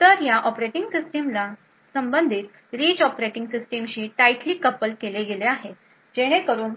तर या ऑपरेटिंग सिस्टमला संबंधित रिच ऑपरेटिंग सिस्टमशी टाईटली कपल केले गेले आहे जेणेकरून